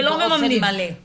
ולא ממתנים את התקנים,